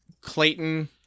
Clayton